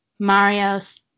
Marios